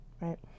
right